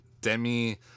Demi